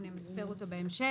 אנחנו נמספר אותו בהמשך,